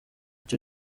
cyo